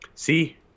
See